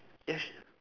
yes